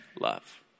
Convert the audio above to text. Love